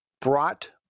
brought